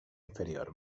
inferior